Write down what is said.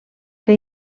que